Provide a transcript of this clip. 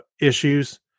issues